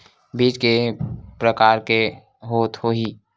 बीज के प्रकार के होत होही?